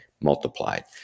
multiplied